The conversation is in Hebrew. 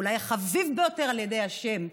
אולי החביב ביותר על השם,